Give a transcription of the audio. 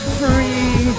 free